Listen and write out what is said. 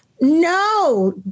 No